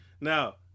Now